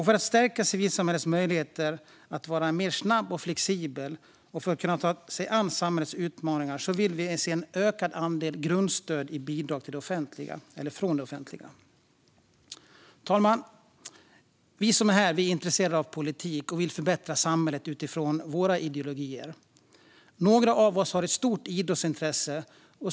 För att stärka civilsamhällets möjligheter att vara mer snabbt och flexibelt och kunna ta sig an samhällets utmaningar vill vi se en ökad andel grundstöd i bidragen från det offentliga. Fru talman! Vi som är här är intresserade av politik och vill förbättra samhället utifrån våra ideologier. Några av oss har också ett stort idrottsintresse.